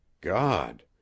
god